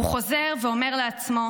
הוא חוזר ואומר לעצמו: